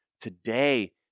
today